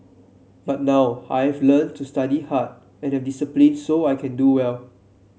but now I've learnt to study hard and have discipline so that I can do well